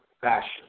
fashion